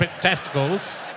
testicles